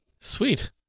Sweet